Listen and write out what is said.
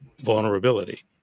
vulnerability